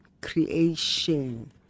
creation